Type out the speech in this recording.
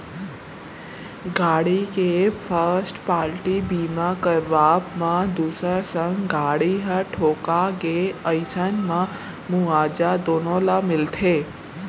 गाड़ी के first party बीमा करवाब म दूसर संग गाड़ी ह ठोंका गे अइसन म मुवाजा दुनो ल मिलथे